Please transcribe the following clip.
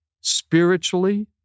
spiritually